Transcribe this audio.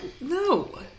No